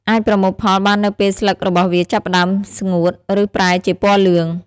អាចប្រមូលផលបាននៅពេលស្លឹករបស់វាចាប់ផ្តើមស្ងួត ឬប្រែជាពណ៌លឿង។